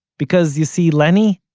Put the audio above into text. because, you see, lenny?